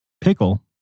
pickle